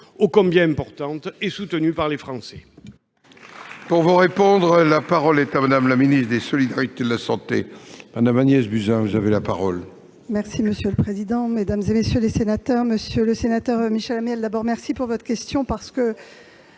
ô combien importante et soutenue par les Français